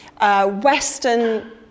Western